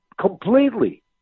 completely